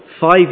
Five